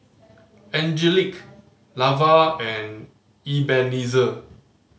Angelic Lavar and Ebenezer